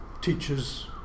teachers